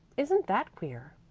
isn't that queer?